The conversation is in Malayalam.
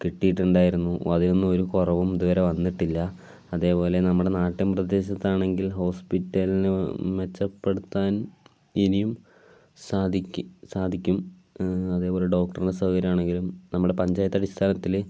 കിട്ടിയിട്ടുണ്ടായിരുന്നു അതിനൊന്നും ഒരു കുറവും ഇതുവരെ വന്നിട്ടില്ല അതേപോലെ നമ്മുടെ നാട്ടിൻ പ്രദേശത്താണെങ്കിൽ ഹോസ്പിറ്റലിന് മെച്ചപ്പെടുത്താൻ ഇനിയും സാധിക്ക് സാധിക്കും അതേപോലെ ഡോക്ടറിൻ്റെ സൗകര്യം ആണെങ്കിലും നമ്മളുടെ പഞ്ചായത്ത് അടിസ്ഥാനത്തിൽ